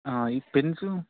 ఈ పెన్స్